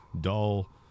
dull